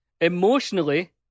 emotionally